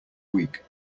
weak